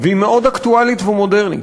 והיא מאוד אקטואלית ומודרנית.